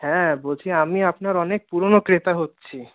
হ্যাঁ বলছি আমি আপনার অনেক পুরনো ক্রেতা হচ্ছি